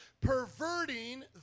perverting